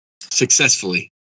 Successfully